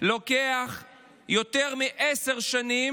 אני שמח שדווקא אתה מנהל עכשיו את הישיבה.